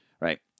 Right